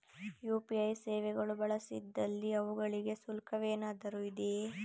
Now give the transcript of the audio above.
UPI ಸೇವೆಗಳು ಬಳಸಿದಲ್ಲಿ ಅವುಗಳಿಗೆ ಶುಲ್ಕವೇನಾದರೂ ಇದೆಯೇ?